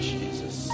Jesus